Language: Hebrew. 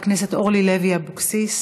חברת הכנסת אורלי לוי אבקסיס,